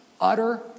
utter